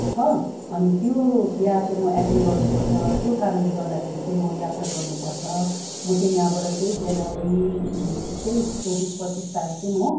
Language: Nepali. छ अनि त्यो बिहा चाहिँ म एटेन्ड गर्नु पर्छ त्यो कारणले गर्दाखेरि चाहिँ म यात्रा गर्नु पर्छ म चाहिँ यहाँबाट चाहिँ जनवरी यस्तै चौबिस पच्चिस तारिख चाहिँ म